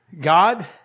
God